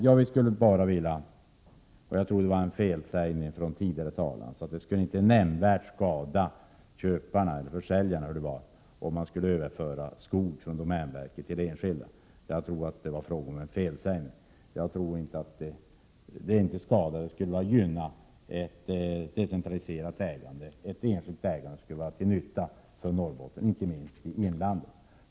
Jag tror att det var en felsägning av den tidigare talaren att det inte nämnvärt skulle skada försäljaren, om man skulle överföra skog från domänverket till enskilda. Som jag ser det skulle ett decentraliserat, enskilt ägande vara till nytta för Norrbotten, inte minst för inlandet.